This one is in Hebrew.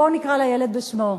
בואו ונקרא לילד בשמו.